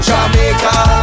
Jamaica